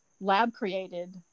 lab-created